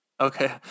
okay